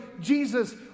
Jesus